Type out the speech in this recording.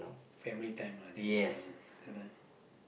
family time lah this is good good ah